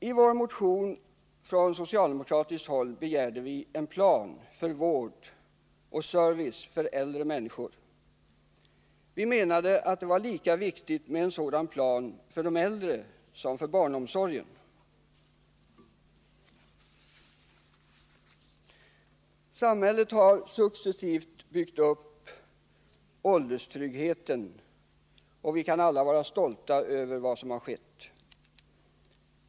I vår motion begär vi från socialdemokratiskt håll en plan över vård och service för äldre människor. Vi menar att det är lika viktigt att upprätta en sådan plan för de äldre som det är för barnomsorgen. Samhället har successivt byggt upp ålderstryggheten, och vi kan alla vara stolta över vad som har skett.